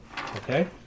Okay